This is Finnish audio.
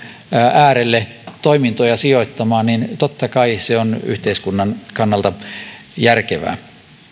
äärelle toimintoja sijoittamaan totta kai se on yhteiskunnan kannalta järkevää